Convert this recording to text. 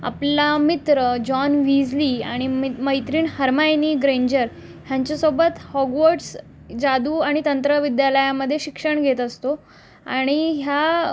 आपला मित्र John Weasley आणि मैत्रीण हर्माइनी ग्रेंजर ह्यांच्यासोबत हॉगर्ड्स जादू आणि तंत्रविद्यालयामध्ये शिक्षण घेत असतो आणि ह्या